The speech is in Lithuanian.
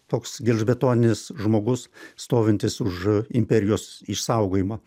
toks gelžbetoninis žmogus stovintis už imperijos išsaugojimą